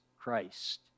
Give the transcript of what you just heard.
Christ